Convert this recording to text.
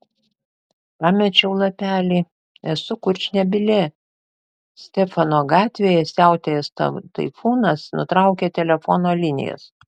pamečiau lapelį esu kurčnebylė stefano gatvėje siautėjęs taifūnas nutraukė telefono linijas